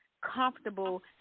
comfortable